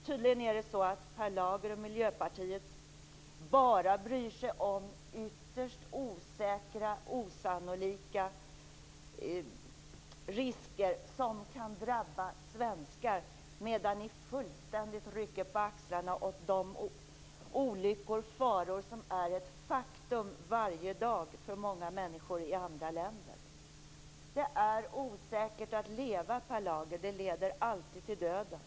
Tydligen bryr sig Per Lager och Miljöpartiet bara om ytterst osannolika risker som kan drabba svenskar, medan man fullständigt rycker på axlarna åt de olyckor och faror som varje dag är ett faktum för människor i andra länder. Det är osäkert att leva, Per Lager. Det leder alltid till döden.